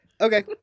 okay